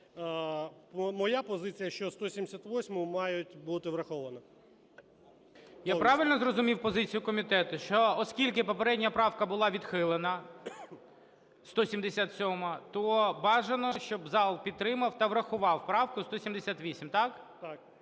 моя позиція, що 178-а має бути врахована. ГОЛОВУЮЧИЙ. Я правильно зрозумів позицію комітету: що, оскільки попередня правка була відхилена, 177-а, то бажано, щоб зал підтримав та врахував правку 178? Так?